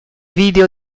video